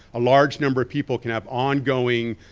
a large number of people can have ongoing,